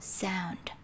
sound